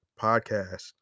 Podcast